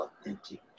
authentic